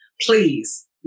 please